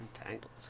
Entangled